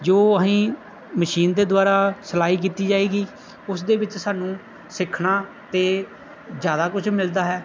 ਜੋ ਅਸੀਂ ਮਸ਼ੀਨ ਦੇ ਦੁਆਰਾ ਸਿਲਾਈ ਕੀਤੀ ਜਾਏਗੀ ਉਸ ਦੇ ਵਿੱਚ ਸਾਨੂੰ ਸਿੱਖਣਾ ਤਾਂ ਜ਼ਿਆਦਾ ਕੁਝ ਮਿਲਦਾ ਹੈ